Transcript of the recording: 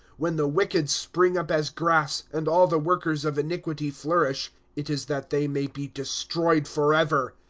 when the wicked spring up as grass. and all the workers of iaiquity flourish it is that they may be destroyed forever.